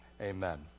Amen